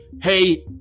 Hey